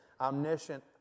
omniscient